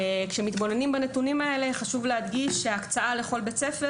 כשמתבוננים בנתונים האלה חשוב להדגיש כי ההקצאה לכל בית ספר